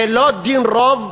זה לא דין רוב,